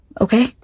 Okay